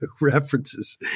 references